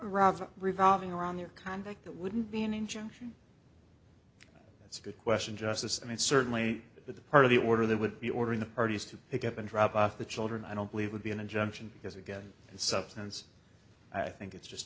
rather revolving around their conduct that wouldn't be an injunction that's a good question justice i mean certainly the part of the order that would be ordering the parties to pick up and drop off the children i don't believe would be an injunction because again in substance i think it's just